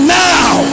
now